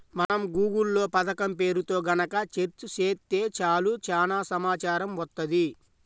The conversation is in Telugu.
మనం గూగుల్ లో పథకం పేరుతో గనక సెర్చ్ చేత్తే చాలు చానా సమాచారం వత్తది